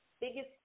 biggest